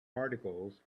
articles